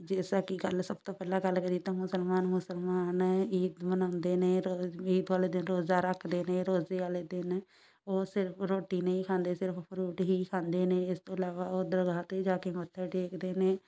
ਜਿਸ ਤਰ੍ਹਾਂ ਕਿ ਗੱਲ ਸਭ ਤੋਂ ਪਹਿਲਾਂ ਗੱਲ ਕਰੀਏ ਤਾਂ ਮੁਸਲਮਾਨ ਮੁਸਲਮਾਨ ਈਦ ਮਨਾਉਂਦੇ ਨੇ ਰੋਜ ਈਦ ਵਾਲੇ ਦਿਨ ਰੋਜ਼ਾ ਰੱਖਦੇ ਨੇ ਰੋਜ਼ੇ ਵਾਲੇ ਦਿਨ ਉਹ ਸਿਰਫ ਰੋਟੀ ਨਹੀਂ ਖਾਂਦੇ ਸਿਰਫ ਫਰੂਟ ਹੀ ਖਾਂਦੇ ਨੇ ਇਸ ਤੋਂ ਇਲਾਵਾ ਉਹ ਦਰਗਾਹ 'ਤੇ ਜਾ ਕੇ ਮੱਥੇ ਟੇਕਦੇ ਨੇ